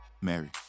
Mary